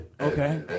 Okay